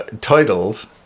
titles